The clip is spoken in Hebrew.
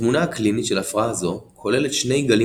התמונה הקלינית של הפרעה זו כוללת שני גלים